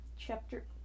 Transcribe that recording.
Chapter